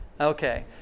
Okay